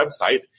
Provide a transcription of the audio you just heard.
website